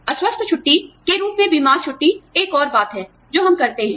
अस्वस्थ छुट्टी के रूप में बीमार छुट्टी एक और बात है जो हम करते हैं